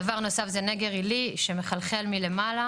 דבר נוסף זה נגר עילי שמחלחל מלמעלה